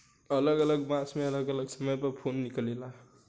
अलग अलग बांस मे अलग अलग समय पर फूल खिलेला